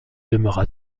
demeura